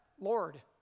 Lord